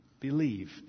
believed